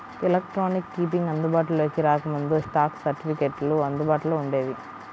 electronic keeping అందుబాటులోకి రాకముందు, stock సర్టిఫికెట్లు అందుబాటులో వుండేవి